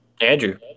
Andrew